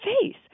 face